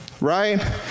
right